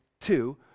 two